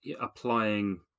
applying